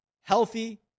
healthy